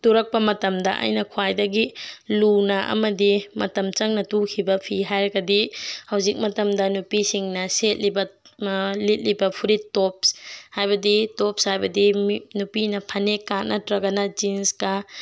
ꯇꯨꯔꯛꯄ ꯃꯇꯝꯗ ꯑꯩꯅ ꯈ꯭ꯋꯥꯏꯗꯒꯤ ꯂꯨꯅ ꯑꯃꯗꯤ ꯃꯇꯝ ꯆꯪꯅ ꯇꯨꯈꯤꯕ ꯐꯤ ꯍꯥꯏꯔꯒꯗꯤ ꯍꯧꯖꯤꯛ ꯃꯇꯝꯗ ꯅꯨꯄꯤꯁꯤꯡꯅ ꯁꯦꯠꯂꯤꯕ ꯂꯤꯠꯂꯤꯕ ꯐꯨꯔꯤꯠ ꯇꯣꯞꯁ ꯍꯥꯏꯕꯗꯤ ꯇꯣꯞꯁ ꯍꯥꯏꯕꯗꯤ ꯅꯨꯄꯤꯅ ꯐꯅꯦꯛꯀ ꯅꯠꯇ꯭ꯔꯒꯅ ꯖꯤꯟꯁꯀ